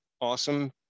awesome